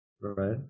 Right